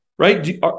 right